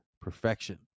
perfection